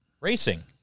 racing